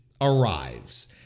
arrives